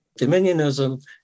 Dominionism